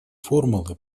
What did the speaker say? формулы